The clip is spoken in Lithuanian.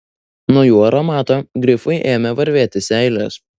nuo jų aromato grifui ėmė varvėti seilės